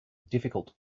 difficult